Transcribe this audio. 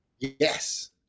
Yes